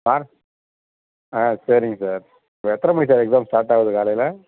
sir ஆ சரிங்க sir எத்தனை மணிக்கு எக்ஸாம் ஸ்டார்ட் ஆகுது காலையில்